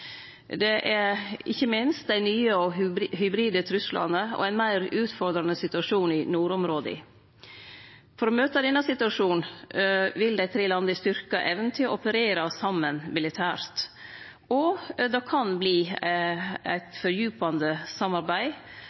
ikkje minst dei nye hybride truslane og ein meir utfordrande situasjon i nordområda. For å møte denne situasjonen vil dei tre landa styrkje evna til å operere saman militært, og det kan verte eit fordjupande samarbeid